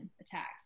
attacks